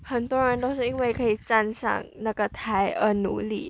很多人都是因为可以站上那个台而努力